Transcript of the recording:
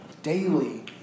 Daily